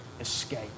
escape